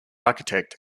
architect